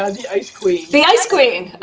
ah the ice queen. the ice queen.